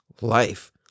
life